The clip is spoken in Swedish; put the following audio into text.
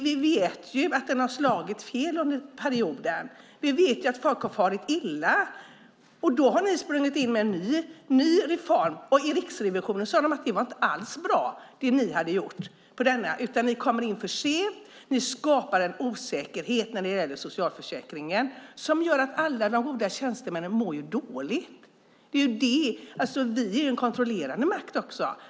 Vi vet att det har slagit fel under perioden och att folk har farit illa. Då har ni sprungit in med en ny reform. I Riksrevisionen sade de att det ni hade gjort inte alls var bra. Ni kommer in för sent och skapar en osäkerhet när ni ändrar socialförsäkringen som gör att alla de goda tjänstemännen mår dåligt. Vi är en kontrollerande makt också.